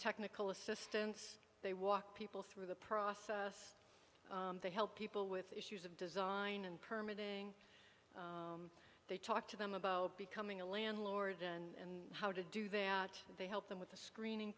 technical assistance they walk people through the process they help people with issues of design and permeating they talk to them about becoming a landlord and how to do that they help them with the screening